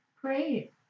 great